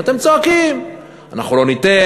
אתם צועקים: אנחנו לא ניתן,